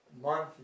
month